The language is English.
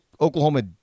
Oklahoma